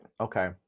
Okay